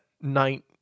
night